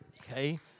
Okay